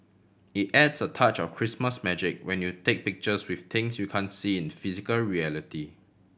it adds a touch of Christmas magic when you take pictures with things you can see in physical reality